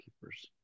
keepers